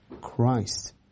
Christ